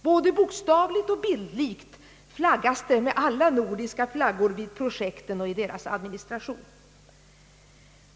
Både bokstavligt och bildlikt flaggas det med alla nordiska flaggor vid projekten och i deras administration.